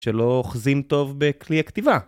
שלא אוחזים טוב בכלי הכתיבה.